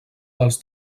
dels